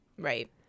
right